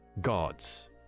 gods